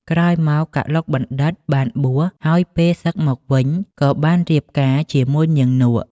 ក្រោយមក កឡុកបណ្ឌិត្យ បានបួស ហើយពេលសឹកមកវិញ ក៏បានរៀបការជាមួយនាងនក់ ។